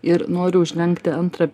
ir noriu užlenkti antrą